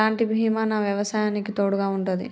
ఎలాంటి బీమా నా వ్యవసాయానికి తోడుగా ఉంటుంది?